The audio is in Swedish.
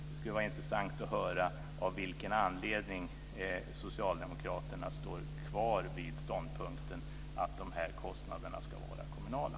Det skulle vara intressant att höra av vilken anledning socialdemokraterna står kvar vid ståndpunkten att dessa kostnader ska vara kommunala.